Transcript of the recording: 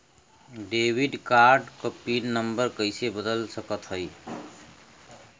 Debit card क pin number कइसे बदल सकत हई?